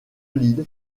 lille